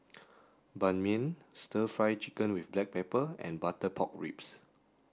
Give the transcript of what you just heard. ban mian stir fry chicken with black pepper and butter pork ribs